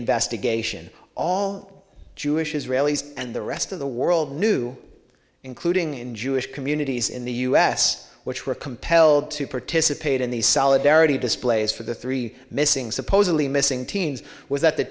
investigation all jewish israelis and the rest of the world knew including in jewish communities in the us which were compelled to participate in the solidarity displays for the three missing supposedly missing teens was that the